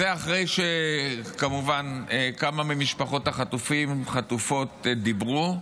זה אחרי שכמובן כמה ממשפחות החטופים והחטופות דיברו.